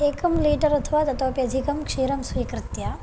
एकं लीटर् अथवा ततोपि अधिकं क्षीरं स्वीकृत्य